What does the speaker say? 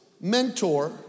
mentor